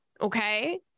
okay